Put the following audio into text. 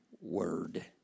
word